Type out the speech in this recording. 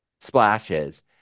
splashes